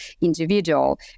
individual